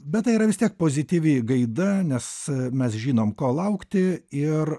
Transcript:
bet tai yra vis tiek pozityvi gaida nes mes žinom ko laukti ir